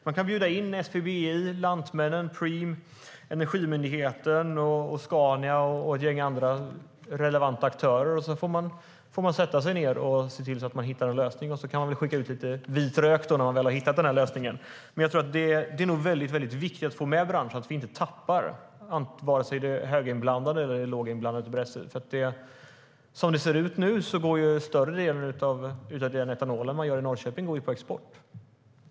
Man kan bjuda in SPBI, Lantmännen, Preem, Energimyndigheten, Scania och ett gäng andra relevanta aktörer. Sedan får man sätta sig ned, se till att hitta en lösning och kanske skicka ut lite vit rök när man väl har hittat lösningen. Det är väldigt viktigt att få med branschen så att vi inte tappar vare sig det höginblandade eller det låginblandade bränslet. Som det ser ut nu går större delen av etanolen man gör i Norrköping på export.